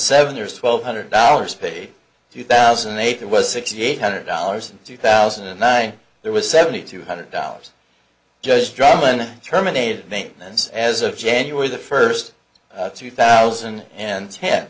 seven there's twelve hundred dollars paid two thousand and eight that was sixty eight hundred dollars in two thousand and nine there was seventy two hundred dollars just drummond terminated maintenance as of january the first two thousand and ten